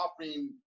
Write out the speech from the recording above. offering